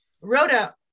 Rhoda